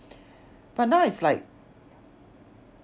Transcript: but now is like